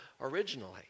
originally